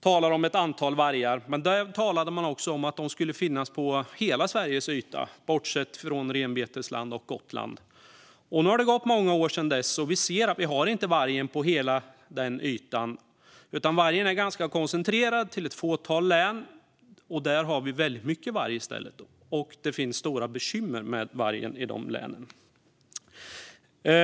talade om ett antal vargar, men där talade man också om att de skulle finnas på hela Sveriges yta, bortsett från renbetesland och Gotland. Nu har det gått många år sedan dess, och vi ser att vi inte har varg på hela den ytan. Vargen är ganska koncentrerad till ett fåtal län, där vi i stället har väldigt mycket varg och där det finns stora bekymmer med vargen.